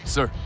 Sir